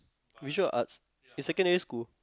visual arts in secondary school